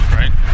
right